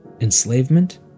Enslavement